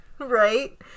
right